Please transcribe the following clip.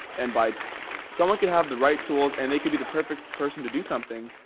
and by someone could have the right tools and they could be the perfect person to do something,